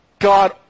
God